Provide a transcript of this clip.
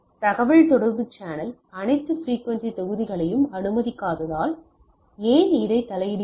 தகவல்தொடர்பு சேனல் அனைத்து பிரிக்குவென்சி தொகுதிகளையும் அனுமதிக்காததால் ஏன் இதைத் தலையிடுகிறோம்